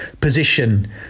position